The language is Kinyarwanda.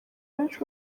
benshi